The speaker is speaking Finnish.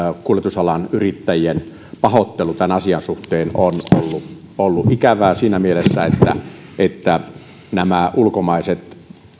kuljetusalan yrittäjien pahoittelu tämän asian suhteen on ollut ollut ikävää siinä mielessä että että nämä ulkomaiset